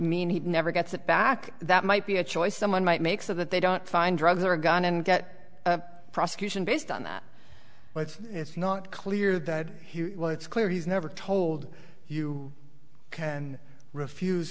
mean he never gets it back that might be a choice someone might make so that they don't find drugs or a gun and get prosecution based on that but it's not clear that he will it's clear he's never told you can refuse